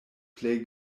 plej